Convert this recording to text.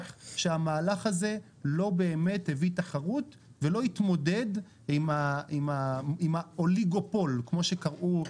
שהמהלך הזה לא באמת הביא תחרות ולא התמודד עם האוליגופול כמו שקראו,